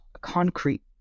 concrete